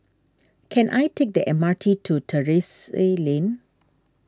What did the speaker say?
can I take the M R T to Terrasse Lane